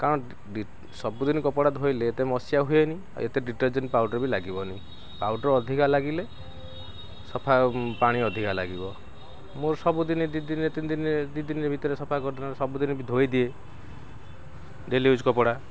କାରଣ ସବୁଦିନ କପଡ଼ା ଧୋଇଲେ ଏତେ ମସିହା ହୁଏନି ଏତେ ଡିଟର୍ଜେଣ୍ଟ୍ ପାଉଡ଼ର୍ ବି ଲାଗିବନି ପାଉଡ଼ର୍ ଅଧିକା ଲାଗିଲେ ସଫା ପାଣି ଅଧିକା ଲାଗିବ ମୋର ସବୁଦିନେ ଦୁଇ ଦିନେ ତିନି ଦିନେ ଦୁଇ ଦିନ ଭିତରେ ସଫା କରିଦେଲେ ସବୁଦିନେ ବି ଧୋଇଦିଏ ଡେଲି ୟୁଜ୍ କପଡ଼ା